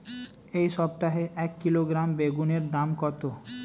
এই সপ্তাহে এক কিলোগ্রাম বেগুন এর দাম কত?